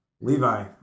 Levi